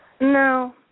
No